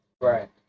Right